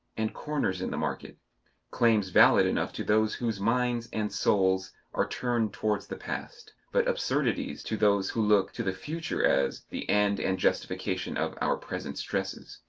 and corners in the market claims valid enough to those whose minds and souls are turned towards the past, but absurdities to those who look to the future as the end and justification of our present stresses.